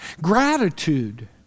Gratitude